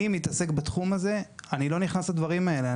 אני מתעסק בתחום הזה, אני לא נכנס לדברים האלה.